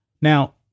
Now